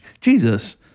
Jesus